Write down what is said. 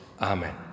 Amen